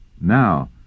Now